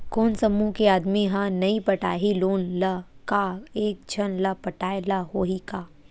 कोन समूह के आदमी हा नई पटाही लोन ला का एक झन ला पटाय ला होही का?